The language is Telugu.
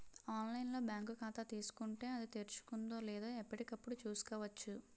ఆన్లైన్ లో బాంకు ఖాతా తీసుకుంటే, అది తెరుచుకుందో లేదో ఎప్పటికప్పుడు చూసుకోవచ్చు